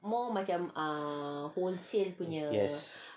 yes